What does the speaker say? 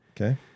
Okay